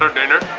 um dehner